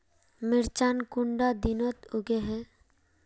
मिर्चान कुंडा दिनोत उगैहे?